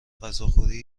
غذاخوری